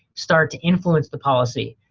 start to influence the policy,